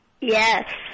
Yes